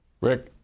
Rick